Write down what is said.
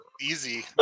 Easy